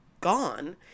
gone